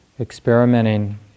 experimenting